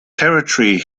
territory